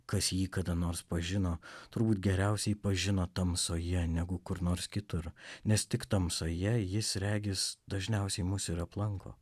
kas jį kada nors pažino turbūt geriausiai pažino tamsoje negu kur nors kitur nes tik tamsoje jis regis dažniausiai mus ir aplanko